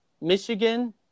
Michigan